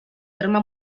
terme